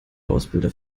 ausbilder